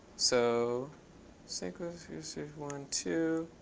so snake ah so one, two.